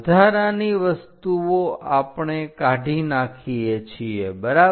વધારાની વસ્તુઓ આપણે કાઢી નાખીએ છીએ બરાબર